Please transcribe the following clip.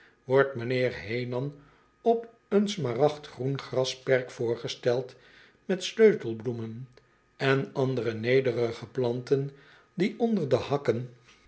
wordt mh'nheer heenan op een smaragd groen grasperk voorgesteld met sleutelbloemen en andere nederige planten die onder de hakken